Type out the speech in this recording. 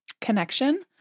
connection